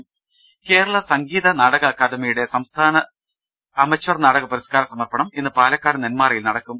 രുട്ട്ട്ട്ട്ട്ട്ട്ട്ട കേരള സംഗീത നാടക അക്കാദമിയുടെ സംസ്ഥാന അമച്ചർ നാടക പുരസ്കാര സമർപ്പണം ഇന്ന് പാലക്കാട് നെന്മാറയിൽ നടക്കും